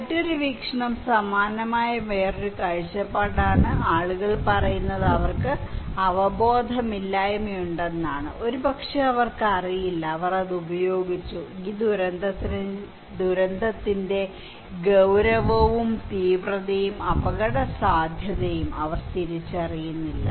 മറ്റൊരു വീക്ഷണം സമാനമായ ഒരു കാഴ്ചപ്പാടാണ് ആളുകൾ പറയുന്നത് അവർക്ക് അവബോധമില്ലായ്മയുണ്ടെന്നാണ് ഒരുപക്ഷേ അവർക്കറിയില്ല അവർ അത് ഉപയോഗിച്ചു ഈ ദുരന്തത്തിന്റെ ഗൌരവവും തീവ്രതയും അപകടസാധ്യതയും അവർ തിരിച്ചറിയുന്നില്ല